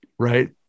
Right